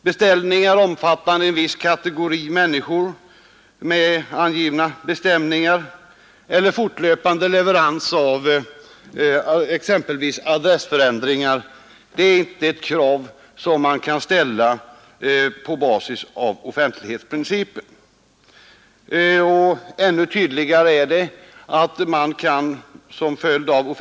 Beställningar omfattande viss kategori med angivna bestämningar eller av fortlöpande leverans av exempelvis adressförändringar kräver särskilda åtgärder och ett icke obetydligt arbete. Sådana beställningar behöver alltså inte på grund av offentlighetsprincipen efterkommas utan särskild prövning.